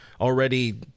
already